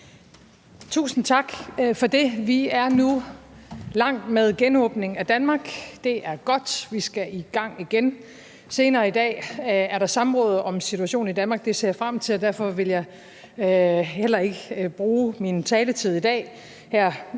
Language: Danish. Tusind tak for det. Vi er nu langt med genåbningen af Danmark. Det er godt; vi skal i gang igen. Senere i dag er der samråd om situationen i Danmark. Det ser jeg frem til, og derfor vil jeg heller ikke bruge min taletid i dag